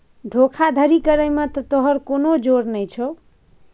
धोखाधड़ी करय मे त तोहर कोनो जोर नहि छौ